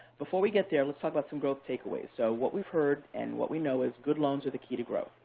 before we get there, let's talk about some growth takeaways. so what we've heard and what we know is, good loans are the key to grow.